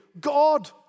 God